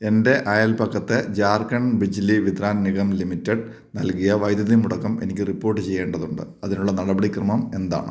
എൻ്റെ അയൽപക്കത്ത് ജാർഖണ്ഡ് ബിജ്ലി വിത്രാൻ നിഗം ലിമിറ്റഡ് നൽകിയ വൈദ്യുതി മുടക്കം എനിക്ക് റിപ്പോർട്ട് ചെയ്യേണ്ടതുണ്ട് അതിനുള്ള നടപടിക്രമം എന്താണ്